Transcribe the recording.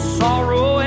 sorrow